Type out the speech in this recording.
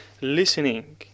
listening